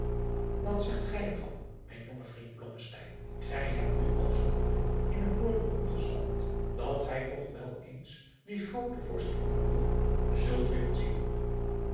wat zegt gij er van mijn jonge vriend blommesteyn gij hebt nu al zoo lang in het noorden omgezwalkt dat gij toch wel eens dien grooten vorst van het noorden zult willen zien